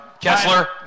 Kessler